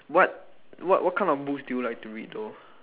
what what kind of books do you like to read though